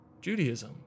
Judaism